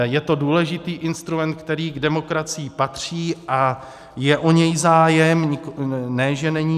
Je to důležitý instrument, který k demokracii patří, a je o něj zájem, ne že není.